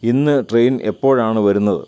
ഇന്ന് ട്രെയിൻ എപ്പോഴാണ് വരുന്നത്